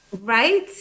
right